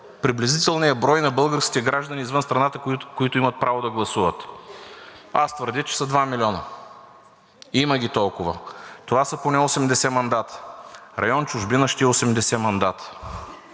приблизителния брой на българските граждани извън страната, които имат право да гласуват. Аз твърдя, че са два милиона, има ги толкова. Това са поне 80 мандата. Район „Чужбина“ ще е 80 мандата.